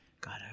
God